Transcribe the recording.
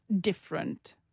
different